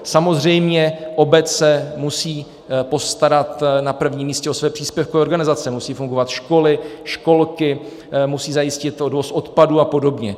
Samozřejmě obec se musí postarat na prvním místě o své příspěvkové organizace, musí fungovat školy, školky, musí zajistit odvoz odpadů apod.